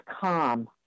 calm